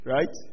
Right